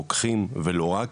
רוקחים ולא רק.